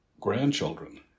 grandchildren